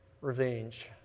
revenge